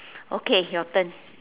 okay your turn